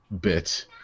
bit